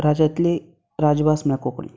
राजांतली राजभास म्हळ्यार कोंकणी